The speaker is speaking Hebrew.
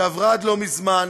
שעברה לא מזמן,